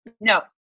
No